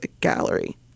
Gallery